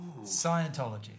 Scientology